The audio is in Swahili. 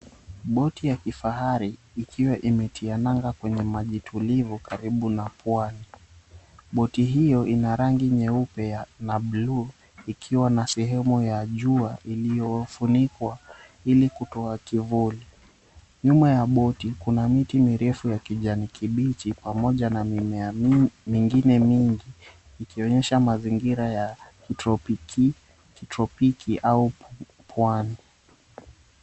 Boti ya kifahari ikiwa imetia nanga kwenye maji tulivu karibu na pwani. Boti hiyo ina rangi nyeupe na buluu ikiwa na sehemu ya jua iliyofunikwa Ili kutoa kivuli. Nyuma ya boti kuna miti mirefu ya kijani kibichi pamoja na mimea mengine mingi ikionyesha mazingira ya kitropiki au pwani.